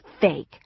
fake